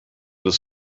des